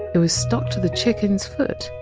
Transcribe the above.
it was stuck to the chicken! s foot.